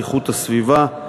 איכות הסביבה,